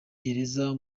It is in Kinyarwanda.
gereza